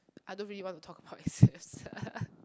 I don't really want to talk about it serious